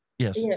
Yes